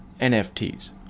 NFTs